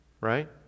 Right